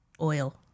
oil